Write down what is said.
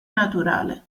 naturale